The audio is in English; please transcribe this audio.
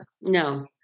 No